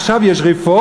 עכשיו יש רפורמה,